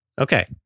Okay